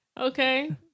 Okay